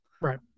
right